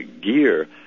gear